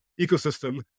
ecosystem